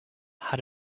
had